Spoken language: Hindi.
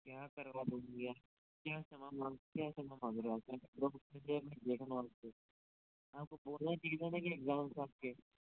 क्या करवा दोगे भैय्या क्या क्षमा माँग रहे हो आप आपको बोलना चाहिए था ना कि इग्जाम थे आपके